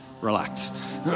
relax